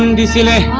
um da